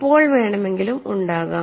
എപ്പോൾ വേണമെങ്കിലും ഉണ്ടാകാം